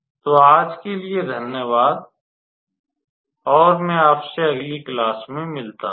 तो आज के लिए धन्यवाद और मैं आपसे अगली क्लास में मिलता हूँ